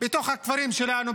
בתוך הכפרים שלנו,